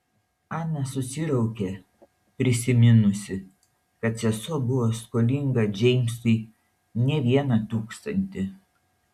ana susiraukė prisiminusi kad sesuo buvo skolinga džeimsui ne vieną tūkstantį